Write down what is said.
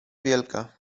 wielka